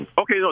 Okay